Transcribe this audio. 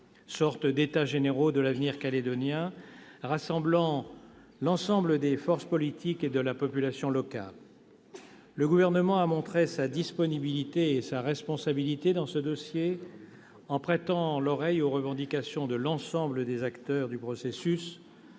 sortes d'états généraux de l'avenir calédonien, rassemblant l'ensemble des forces politiques et la population locale. Le Gouvernement a montré sa disponibilité et sa responsabilité dans ce dossier, en prêtant l'oreille aux revendications de l'ensemble des acteurs du processus,